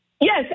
Yes